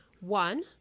One